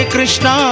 Krishna